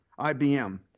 IBM